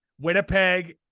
Winnipeg